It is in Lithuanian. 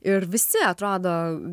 ir visi atrodo